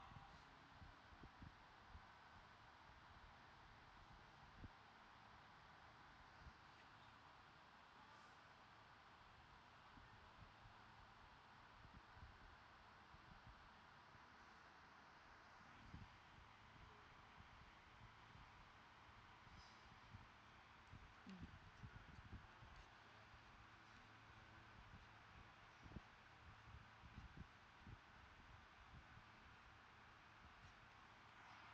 mm